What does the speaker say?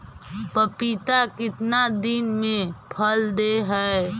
पपीता कितना दिन मे फल दे हय?